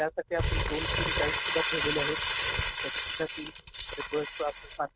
त्यासाठी आपण दोन तीन गाईड सुद्धा ठेवले आहेत